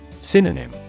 Synonym